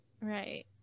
Right